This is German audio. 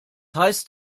heißt